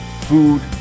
food